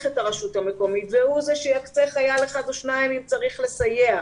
למל"ל יש גבולות מסוימים.